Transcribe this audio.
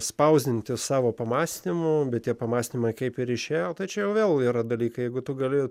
spausdinti savo pamąstymų bet tie pamąstymai kaip ir išėjo tačiau vėl yra dalykai jeigu tu gali